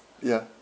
ya